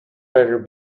better